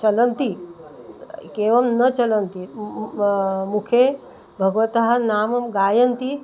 चलन्ति केवलं न चलन्ति मुखे भगवतः नाम गायन्ति